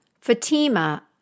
Fatima